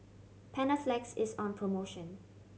Panaflex is on promotion